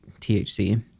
THC